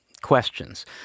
questions